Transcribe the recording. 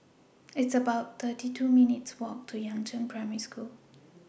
It's about thirty two minutes' Walk to Yangzheng Primary School